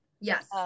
Yes